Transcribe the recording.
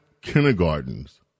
kindergartens